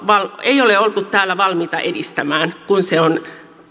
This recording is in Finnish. ei ole oltu täällä valmiita edistämään kun se on